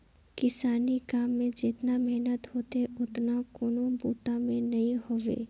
किसानी में जेतना मेहनत होथे ओतना कोनों बूता में नई होवे